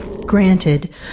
Granted